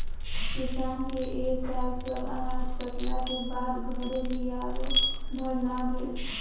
किसान के ए साल सब अनाज कटला के बाद घरे लियावे भर ना भईल